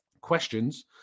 questions